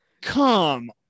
come